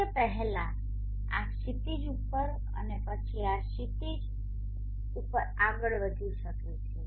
સૂર્ય પહેલા આ ક્ષિતિજ ઉપર અને પછી આ ક્ષિતિજ ઉપર આગળ વધી શકે છે